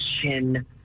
Chin